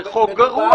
זה חוק גרוע.